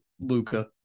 Luca